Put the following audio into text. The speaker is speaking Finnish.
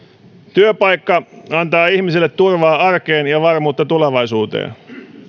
työpaikka antaa ihmiselle turvaa arkeen ja varmuutta tulevaisuuteen